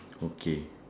okay